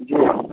जी